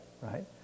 Right